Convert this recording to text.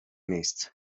miejsca